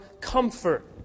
comfort